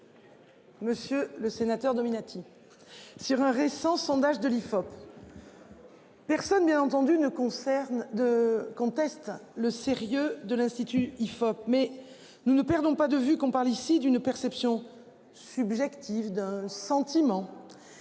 Monsieur le sénateur Dominati. Sur un récent sondage de l'IFOP. Personne bien entendu ne concerne 2 conteste le sérieux de l'institut IFOP. Mais nous ne perdons pas de vue qu'on parle ici d'une perception subjective d'un sentiment.